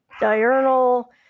diurnal